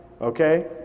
okay